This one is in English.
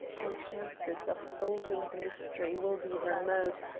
our chances of solving the mystery will be remote,